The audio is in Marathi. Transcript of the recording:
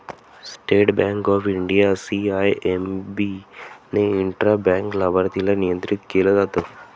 state Bank of India, CIMB ने इंट्रा बँक लाभार्थीला नियंत्रित केलं जात